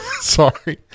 sorry